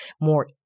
more